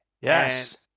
Yes